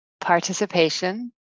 participation